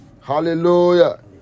hallelujah